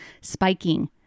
spiking